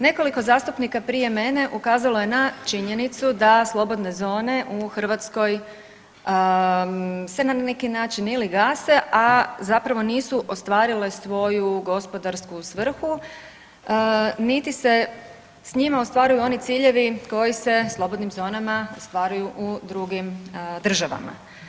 Nekoliko zastupnika prije mene ukazalo je na činjenicu da slobodne zone u Hrvatskoj se na neki način ili gase, a zapravo nisu ostvarile svoju gospodarsku svrhu niti se s njima ostvaruju oni ciljevi koji se slobodnim zonama ostvaruju u drugim državama.